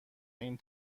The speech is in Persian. این